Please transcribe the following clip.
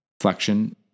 flexion